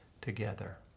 together